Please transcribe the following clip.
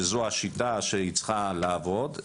שזו השיטה שצריכה לעבוד,